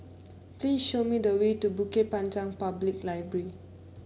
please show me the way to Bukit Panjang Public Library